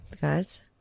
guys